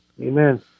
Amen